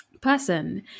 person